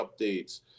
updates